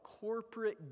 corporate